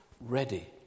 ready